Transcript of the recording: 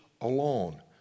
alone